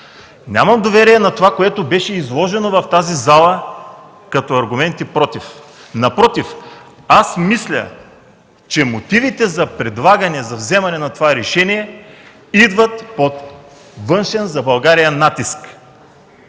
Нямам доверие на това, което беше изложено в тази зала като аргументи против. Напротив, мисля, че мотивите за предлагане за вземане на това решение идват от външен за България натиск.